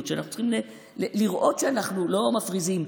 ואנחנו צריכים לראות שאנחנו לא מפריזים.